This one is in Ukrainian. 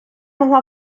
могла